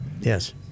Yes